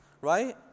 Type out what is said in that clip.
right